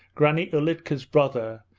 granny ulitka's brother,